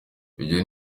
ibyo